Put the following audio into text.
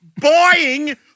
Buying